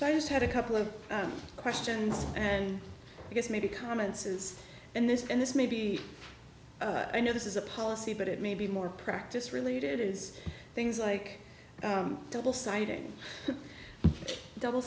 so i just had a couple of questions and i guess maybe comments is in this and this may be i know this is a policy but it may be more practice related is things like double siding double